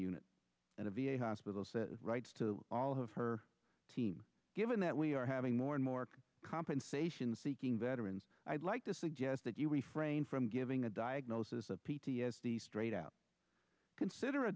unit at a v a hospital said rights to all of her team given that we are having more and more compensation seeking veterans i'd like to suggest that you refrain from giving a diagnosis of p t s d straight out consider a